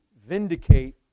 vindicate